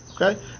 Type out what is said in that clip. okay